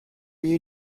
you